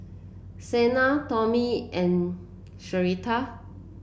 Sanai Tommy and Sharita